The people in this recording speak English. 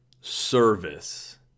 service